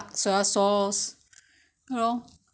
just now I told you